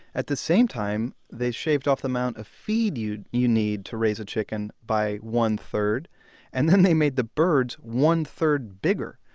at the same time, they shaved off the amount of feed you you need to raise a chicken by one-third and they made the birds one-third bigger.